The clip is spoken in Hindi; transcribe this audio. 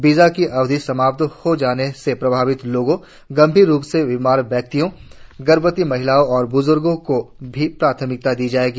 वीजा की अवधि समाप्त हो जाने से प्रभावित लोगों गम्भीर रूप से बीमार व्यक्तियों गर्भवती महिलाओं और बुजुर्गो को भी प्राथमिकता दी जायेगी